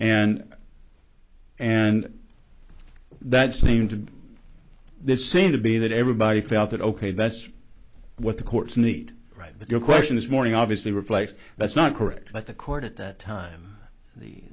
and and that seemed to this seemed to be that everybody felt that ok that's what the courts need right but the question this morning obviously replaced that's not correct but the court at that time the